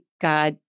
God